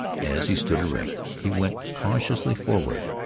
as he stood erect, he went cautiously forward,